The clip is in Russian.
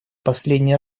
последний